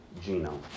genome